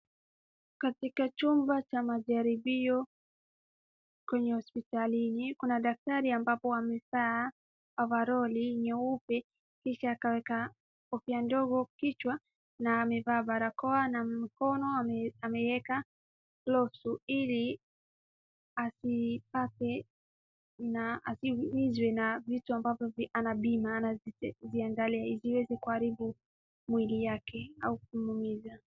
Katika chumba cha majaribio kwenye hospitali hii, kuna daktari ambapo amevaa overall nyeupe kisha akaweka kofia ndogo kichwa, na amevaa barakoa na mikono ameweka gloves ili asipake na asiumizwe na vitu ambazo anapima au anaziangalia isiweze kuharibu mwili yake au kumuumiza.